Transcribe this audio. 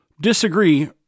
disagree